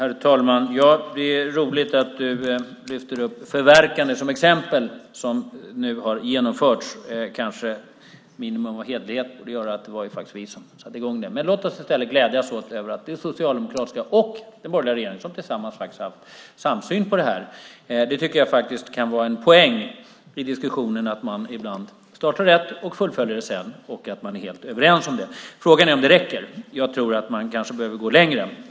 Herr talman! Det är roligt att du lyfter upp förverkande som exempel på något som har genomförts, Beatrice Ask. Ett minimum av hederlighet borde kanske innebära att man säger att det faktiskt var vi som satte i gång det. Men låt oss glädjas åt att den socialdemokratiska och den borgerliga regeringen faktiskt har haft en samsyn på detta. Jag tycker att det kan vara en poäng i diskussionen att man ibland startar en sak och sedan fullföljs det av andra och att man är helt överens om det. Frågan är om det räcker. Jag tror att man kanske behöver gå längre.